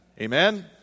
Amen